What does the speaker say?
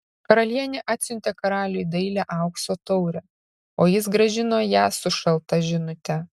karalienė atsiuntė karaliui dailią aukso taurę o jis grąžino ją su šalta žinute